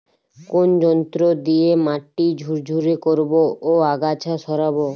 কোন যন্ত্র দিয়ে মাটি ঝুরঝুরে করব ও আগাছা সরাবো?